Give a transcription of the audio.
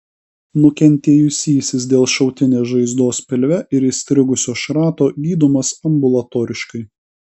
nukentėjusysis dėl šautinės žaizdos pilve ir įstrigusio šrato gydomas ambulatoriškai